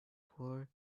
floor